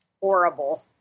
horrible